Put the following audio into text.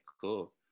cool